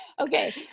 okay